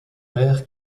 père